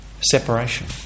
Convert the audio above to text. separation